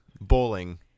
bowling